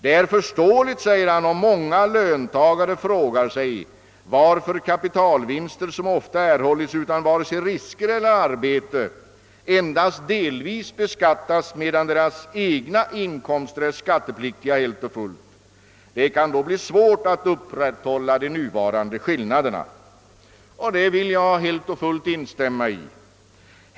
Det är förståeligt om många löntagare frågar sig varför kapitalvinster, som ofta erhållits utan vare sig risker eller arbete, endast delvis beskattas medan deras egna inkomster är skattepliktiga helt och fullt. Det kan då bli svårt att upprätthålla de nuvarande skillnaderna.» Jag vill helt och fullt instämma i detta.